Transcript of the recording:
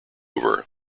over